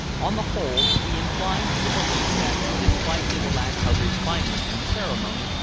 on the whole, we incline to the belief that, despite his lack of refinement and ceremony,